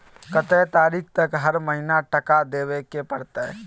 कत्ते तारीख तक हर महीना टका देबै के परतै?